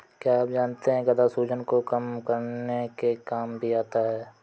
क्या आप जानते है गदा सूजन को कम करने के काम भी आता है?